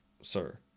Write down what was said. sir